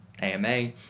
AMA